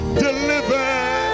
deliver